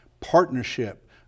partnership